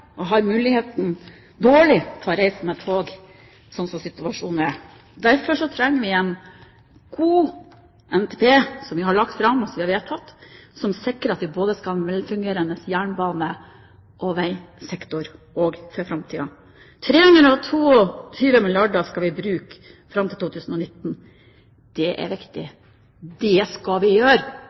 og har liten mulighet til å reise med tog, sånn som situasjonen er. Derfor trenger vi en god NTP, som vi har lagt fram, som vi har vedtatt, og som sikrer at vi skal ha en velfungerende jernbane- og veisektor også i framtiden. 322 milliarder kr skal vi bruke fram til 2019. Det er viktig. Det skal vi gjøre.